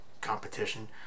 competition